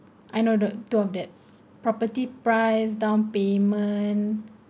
I know tw~ two of that property price down payment